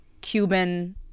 Cuban